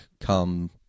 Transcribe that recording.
come